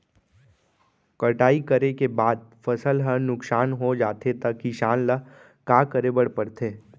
कटाई करे के बाद फसल ह नुकसान हो जाथे त किसान ल का करे बर पढ़थे?